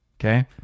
Okay